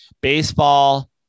baseball